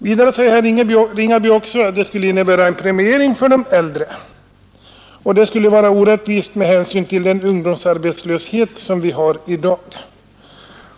Vidare säger herr Ringaby att förslagets genomförande skulle innebära en premiering för de äldre, vilket skulle vara orättvist med hänsyn till den ungdomsarbetslöshet som vi har i dag.